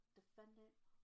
defendant